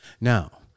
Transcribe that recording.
Now